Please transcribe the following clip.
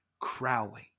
Crowley